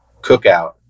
cookout